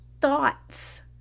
thoughts